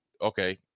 Okay